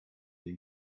den